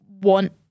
want